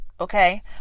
Okay